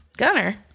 Gunner